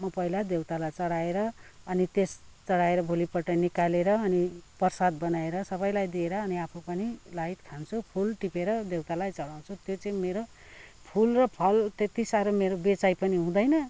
म पहिला देउतालाई चढाएर अनि त्यस चढाएर भोलिपल्ट निकालेर अनि प्रसाद बनाएर सबैलाई दिएर अनि आफू पनि लाइत खान्छु फुल टिपेर देउतालाई चढाउँछु त्यो चाहिँ मेरो फुल र फल त्यति साह्रो मेरो बेचाइ पनि हुँदैन